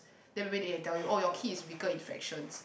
then maybe they can tell you oh your kid is weaker in fractions